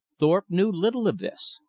thorpe knew little of this,